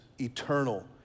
eternal